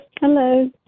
Hello